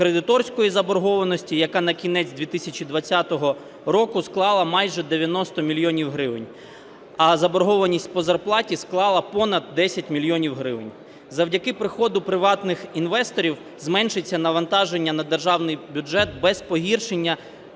кредиторської заборгованості, яка на кінець 2020 року склала майже 90 мільйонів гривень, а заборгованість по зарплаті склала понад 10 мільйонів гривень. Завдяки приходу приватних інвесторів зменшиться навантаження на державний бюджет без погіршення